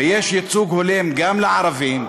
ויש ייצוג הולם גם לערבים,